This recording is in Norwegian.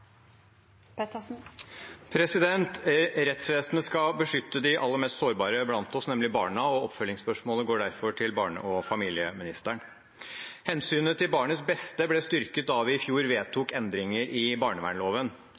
Rettsvesenet skal beskytte de aller mest sårbare blant oss, nemlig barna, og oppfølgingsspørsmålet går derfor til barne- og familieministeren. Hensynet til barnets beste ble styrket da vi i fjor vedtok endringer i barnevernloven.